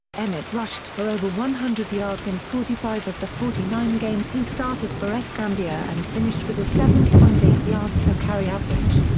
emmitt rushed for over one hundred yards in forty five of the forty nine games he started for escambia and finished with a seven point eight yards per carry average.